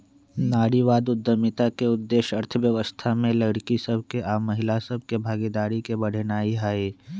नारीवाद उद्यमिता के उद्देश्य अर्थव्यवस्था में लइरकि सभ आऽ महिला सभ के भागीदारी के बढ़ेनाइ हइ